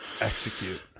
Execute